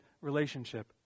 relationship